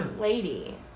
lady